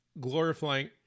glorifying